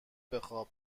بخواب